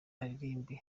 aririmbe